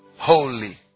Holy